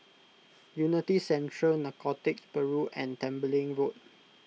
Unity Central Narcotics Bureau and Tembeling Road